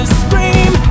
scream